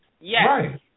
yes